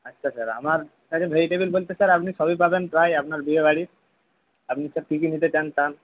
আচ্ছা স্যার আমার কাছে ভেজিটেবল বলতে স্যার আপনি সবই পাবেন প্রায় আপনার বিয়েবাড়ির আপনি স্যার কী কী নিতে চান